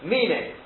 Meaning